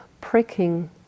pricking